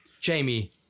Jamie